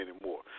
anymore